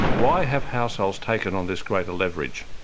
why have households taken on this greater leverage?